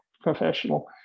professional